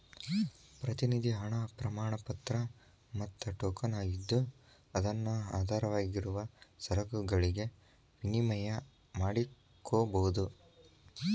ಪ್ರತಿನಿಧಿ ಹಣ ಪ್ರಮಾಣಪತ್ರ ಮತ್ತ ಟೋಕನ್ ಆಗಿದ್ದು ಅದನ್ನು ಆಧಾರವಾಗಿರುವ ಸರಕುಗಳಿಗೆ ವಿನಿಮಯ ಮಾಡಕೋಬೋದು